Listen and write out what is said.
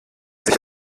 sich